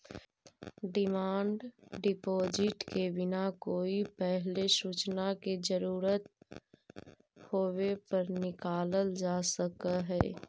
demand deposit के बिना कोई पहिले सूचना के जरूरत होवे पर निकालल जा सकऽ हई